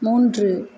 மூன்று